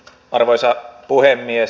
arvoisa puhemies